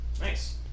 nice